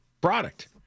product